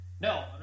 No